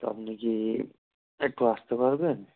তো আপনি কি একটু আসতে পারবেন